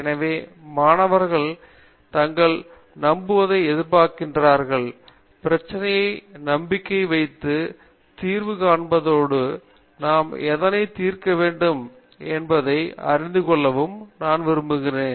எனவே மாணவர்கள் தங்களை நம்புவதை எதிர்பார்க்கிறார்கள் பிரச்சனையில் நம்பிக்கை வைத்து தீர்வு காண்பதோடு நாம் எதனை தீர்க்க வேண்டும் என்பதை அறிந்து கொள்ளவும் நான் விரும்புகிறேன்